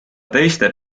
teiste